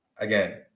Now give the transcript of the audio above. Again